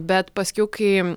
bet paskiau kai